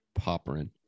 Popperin